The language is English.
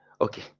okay